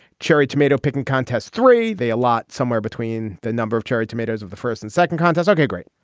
cherry tomato picking contest three. they a lot somewhere between the number of cherry tomatoes of the first and second contest. okay, great.